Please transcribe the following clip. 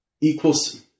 equals